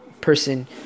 person